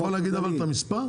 אתה יכול להגיד אבל את המספר?